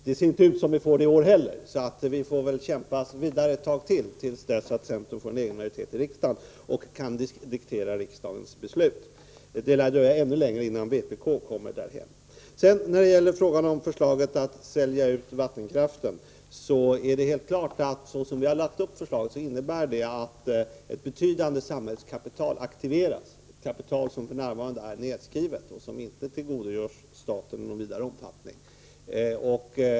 Det ser inte ut som om vi får det i år heller, så vi får kämpa vidare ett tag till, till dess att centern får en egen majoritet i riksdagen och kan diktera riksdagens beslut. Det lär dröja ännu längre innan vpk kommer dithän. När det gäller förslaget att sälja ut vattenkraften är det helt klart att så som vi har lagt upp förslaget innebär det att ett betydande samhällskapital aktiveras — ett kapital som f.n. är nedskrivet och inte tillgodogörs staten i någon större omfattning.